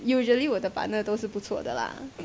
usually 我的 partner 都是不错的 lah